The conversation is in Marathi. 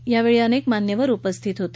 यावेळी अनेक मान्यवर उपस्थित होते